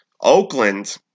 Oakland